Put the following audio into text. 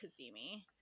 kazemi